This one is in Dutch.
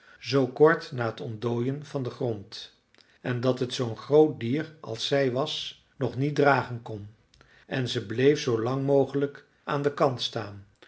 zoo kort na het ontdooien van den grond en dat het zoo'n groot dier als zij was nog niet dragen kon en ze bleef zoo lang mogelijk aan den kant staan